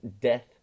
death